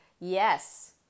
Yes